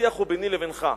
השיח הוא ביני לבינך,